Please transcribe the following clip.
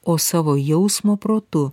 o savo jausmo protu